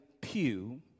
pew